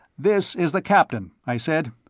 this is the captain, i said.